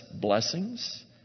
blessings